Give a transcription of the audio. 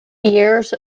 years